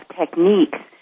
techniques